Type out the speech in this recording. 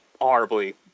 horribly